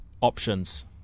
options